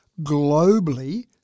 Globally